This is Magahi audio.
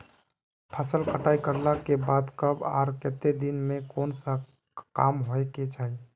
फसल कटाई करला के बाद कब आर केते दिन में कोन सा काम होय के चाहिए?